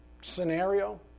scenario